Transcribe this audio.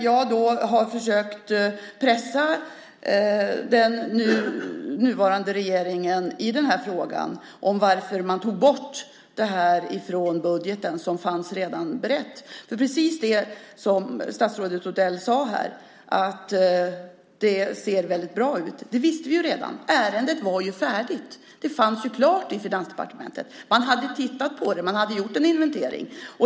Jag har försökt pressa den nuvarande regeringen om varför man tog bort detta, som redan var berett, från budgeten. Statsrådet Odell sade att det ser väldigt bra ut. Det visste vi ju redan. Ärendet var ju färdigt. Det fanns klart i Finansdepartementet. Man hade tittat på det, man hade gjort en inventering.